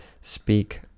speak